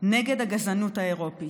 נגד הגזענות האירופית.